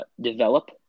develop